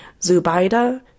Zubaida